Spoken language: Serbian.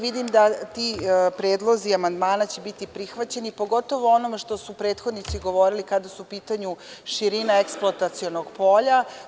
Vidim da ti predlozi amandmana će biti prihvaćeni, pogotovo u onom kada su prethodnici govorili po pitanju širina eksploatacionog polja.